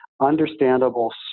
understandable